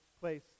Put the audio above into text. place